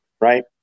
right